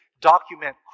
document